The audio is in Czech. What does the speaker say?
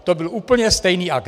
To byl úplně stejný akt.